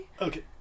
Okay